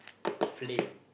flame